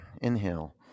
Inhale